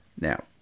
Now